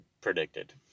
predicted